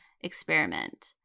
Experiment